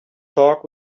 talk